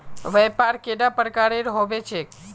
व्यापार कैडा प्रकारेर होबे चेक?